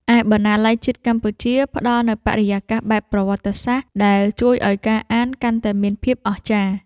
ឯបណ្ណាល័យជាតិកម្ពុជា ផ្ដល់នូវបរិយាកាសបែបប្រវត្តិសាស្ត្រដែលជួយឱ្យការអានកាន់តែមានភាពអស្ចារ្យ។